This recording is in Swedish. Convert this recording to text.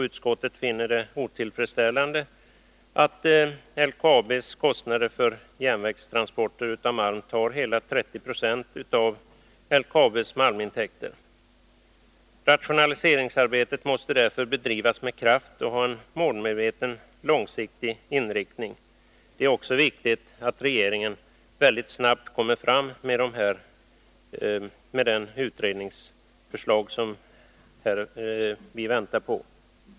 Utskottet finner det otillfredsställande att LKAB:s kostnader för järnvägstransporter av malm tar hela 30 90 av LKAB:s malmintäkter. Rationaliseringsarbetet måste därför bedrivas med kraft och ha en målmedveten långsiktig inriktning. Det är också viktigt att regeringen mycket snabbt kommer fram med det utredningsförslag som vi väntar på.